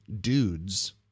dudes